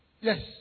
Yes